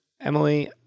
emily